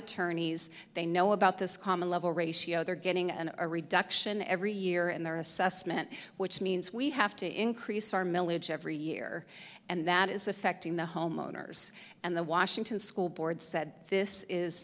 attorneys they know about this common level ratio they're getting an a reduction every year and their assessment which means we have to increase our milledge every year and that is affecting the homeowners and the washington school board said this is